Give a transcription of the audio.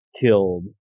killed